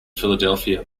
philadelphia